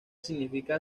significa